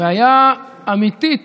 בעיה אמיתית,